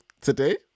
today